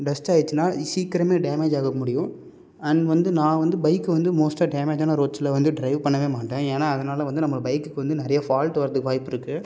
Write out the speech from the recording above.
dust ஆகிடுச்சினால் சீக்கிரமே damage ஆக முடியும் அண்ட் வந்து நான் வந்து பைக் வந்து மோஸ்ட்டாக டேமேஜான ரோட்ஸில் வந்து ட்ரைவ் பண்ணவே மாட்டேன் ஏன்னால் அதனால் வந்து நம்ம பைக்குக்கு வந்து நிறையா ஃபால்ட் வரதுக்கு வாய்ப்பு இருக்குது